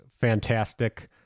fantastic